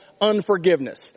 unforgiveness